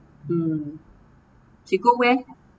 mm she go where